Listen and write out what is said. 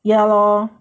ya lor